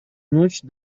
ночь